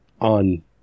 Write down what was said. on